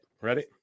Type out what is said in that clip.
Ready